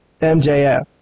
MJF